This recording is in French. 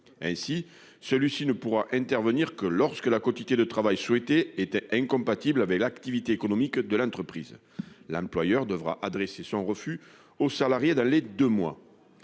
Ce refus ne pourra intervenir que lorsque la quotité de travail souhaitée est incompatible avec l'activité économique de l'entreprise. L'employeur devra adresser son refus aux salariés dans les deux mois.